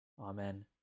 Amen